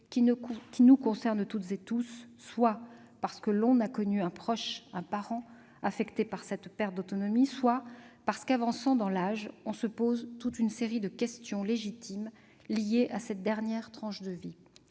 nous concernent toutes et tous, soit parce que nous connaissons un proche, un parent, affecté par cette perte d'autonomie, soit parce que, avançant en âge, nous nous posons des questions légitimes liées à cette dernière tranche de vie.